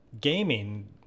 gaming